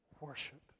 Worship